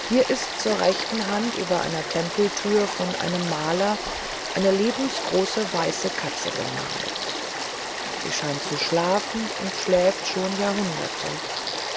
hier ist zur rechten hand über einer tempeltür von einem maler eine lebensgroße weiße katze gemalt die scheint zu schlafen und schläft schon jahrhunderte